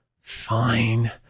fine